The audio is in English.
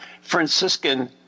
Franciscan